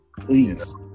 please